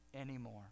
anymore